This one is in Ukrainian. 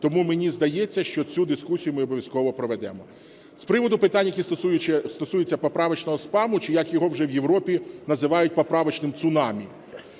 Тому мені здається, що цю дискусію ми обов'язково проведемо. З приводу питань, які стосуються поправочного спаму чи як його вже в Європі називають поправочним цунамі.